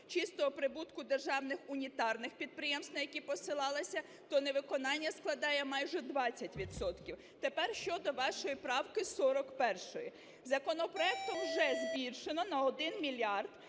чистого прибутку державних унітарних підприємств, на які посилалися, то невиконання складає майже 20 відсотків. Тепер щодо вашої правки 41. Законопроектом вже збільшено на 1 мільярд